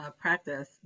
practice